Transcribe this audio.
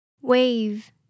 Wave